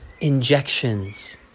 injections